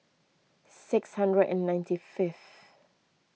six hundred and ninety fifth